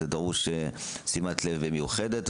שדורש שימת לב מיוחדת.